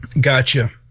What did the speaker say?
Gotcha